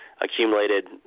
accumulated